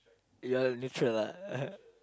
ya neutral lah